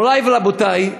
מורי ורבותי,